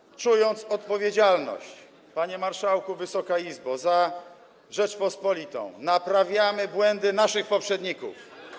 A więc czując odpowiedzialność, panie marszałku, Wysoka Izbo, za Rzeczpospolitą, naprawiamy błędy naszych poprzedników.